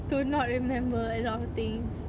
to not remember a lot of things